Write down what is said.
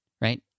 right